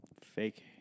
fake